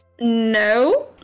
No